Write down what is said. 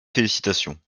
félicitations